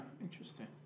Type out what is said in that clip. interesting